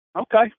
Okay